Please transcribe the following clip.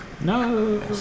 No